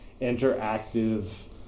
interactive